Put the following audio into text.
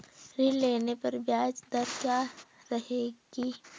ऋण लेने पर ब्याज दर क्या रहेगी?